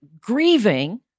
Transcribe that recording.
grieving